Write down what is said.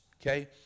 okay